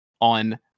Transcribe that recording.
on